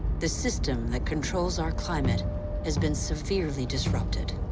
the system that controls our climate has been severely disrupted.